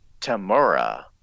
Tamura